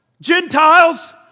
Gentiles